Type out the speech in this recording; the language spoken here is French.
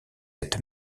êtes